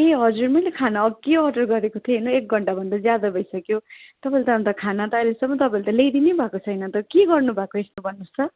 ए हजुर मैले खाना अघि अर्डर गरेको थिएँ होइन एक घन्टाभन्दा ज्यादा भइसक्यो तपाईँले त अन्त खाना त अहिलेसम्म तपाईँले त ल्याइदिनै भएको छैन त के गर्नुभएको यस्तो भन्नुहोस् त